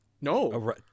No